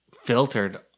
filtered